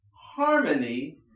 harmony